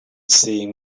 seeing